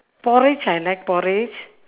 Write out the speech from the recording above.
porridge I like porridge